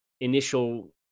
initial